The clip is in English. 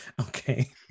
okay